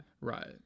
Right